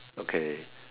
okay